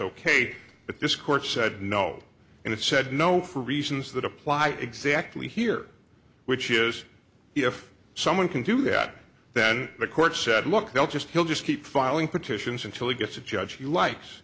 but this court said no and it said no for reasons that apply exactly here which is if someone can do that then the court said look they'll just he'll just keep filing petitions until he gets a judge he likes